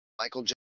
Michael